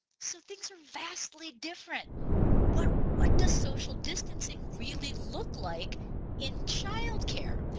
so things are vastly different but what does social distancing really look like in childcare?